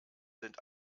sind